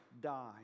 die